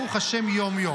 ברוך השם יום-יום,